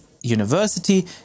University